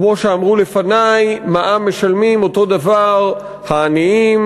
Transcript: כמו שאמרו לפני: מע"מ משלמים אותו דבר העניים,